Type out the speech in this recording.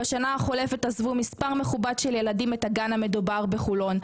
בשנה החולפת עזבו מספר מכובד של ילדים את הגן המדובר בחולון,